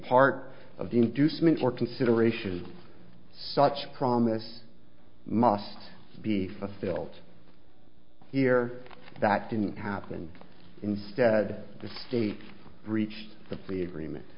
part of the inducement or consideration such promise must be fulfilled here that didn't happen instead the state reached the plea agreement